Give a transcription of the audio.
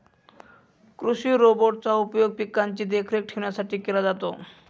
कृषि रोबोट चा उपयोग पिकांची देखरेख ठेवण्यासाठी केला जातो